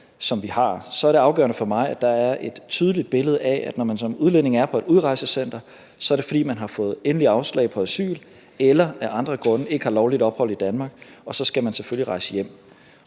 som vi har, er afgørende for mig, at der er et tydeligt billede af, at det, når man som udlænding er på et udrejsecenter, så er, fordi man har fået endeligt afslag på asyl eller af andre grunde ikke har lovligt ophold i Danmark, og at man selvfølgelig skal rejse hjem.